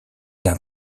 d’un